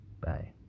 bye